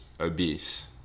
obese